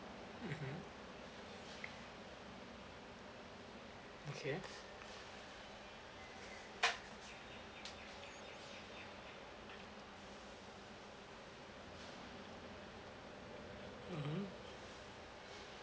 mmhmm okay mmhmm